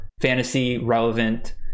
fantasy-relevant